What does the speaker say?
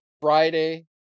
Friday